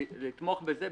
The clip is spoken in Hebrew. לתמוך בזה,